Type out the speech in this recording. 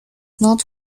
not